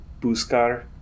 Buscar